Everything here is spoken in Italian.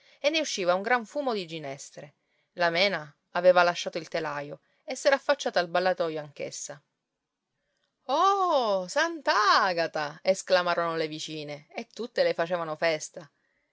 e ne usciva un gran fumo di ginestre la mena aveva lasciato il telaio e s'era affacciata al ballatoio anch'essa oh sant'agata esclamarono le vicine e tutte le facevano festa